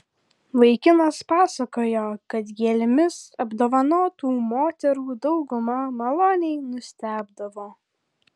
vaikinas pasakojo kad gėlėmis apdovanotų moterų dauguma maloniai nustebdavo